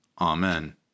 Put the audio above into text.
Amen